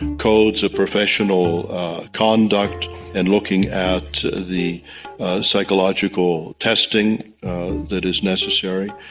codes of professional conduct and looking at the psychological testing that is necessary,